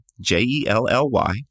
J-E-L-L-Y